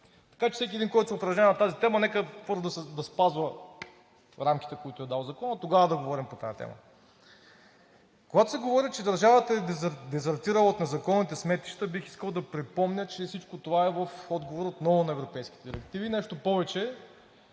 Така че всеки един, който се упражнява на тази тема, нека първо да спазва рамките, които е дал Законът, тогава да говорим по тази тема. Когато се говори, че държавата е дезертирала от незаконните сметища, бих искал да припомня, че всичко това е в отговор отново на европейските директиви. Нещо повече,